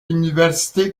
université